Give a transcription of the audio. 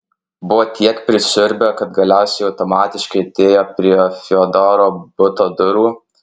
buvo tiek prisisiurbę kad galiausiai automatiškai atėjo prie fiodoro buto durų